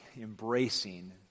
embracing